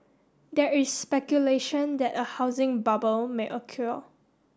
there is speculation that a housing bubble may occur